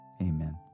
Amen